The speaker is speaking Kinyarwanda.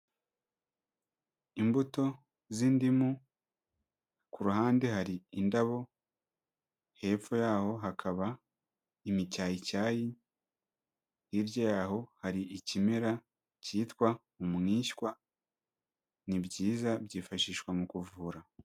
Imbuto z'indimu, ku ruhande hari indabo, hepfo yaho hakaba imicyayi icyayi, hirya yaho hari ikimera cyitwa umwishywa ni byiza, byifashishwa mu kuvura.